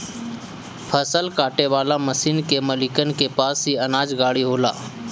फसल काटे वाला मशीन के मालिकन के पास ही अनाज गाड़ी होला